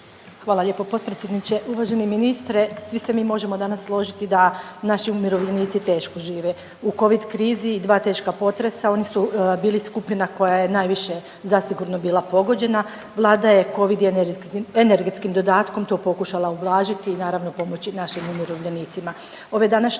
Hvala lijepo potpredsjedniče, uvaženi ministre. Svi se mi možemo danas složiti da naši umirovljenici teško žive. U Covid krizi i 2 teška potresa, oni su bili skupina koja je najviše zasigurno bila pogođena. Vlada je Covid i energetskim dodatkom to pokušala ublažiti i naravno, pomoći našim umirovljenicima.